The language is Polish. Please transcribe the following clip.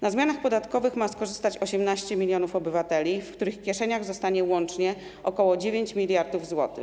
Na zmianach podatkowych ma skorzystać 18 mln obywateli, w których kieszeniach zostanie łącznie ok. 9 mld zł.